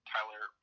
Tyler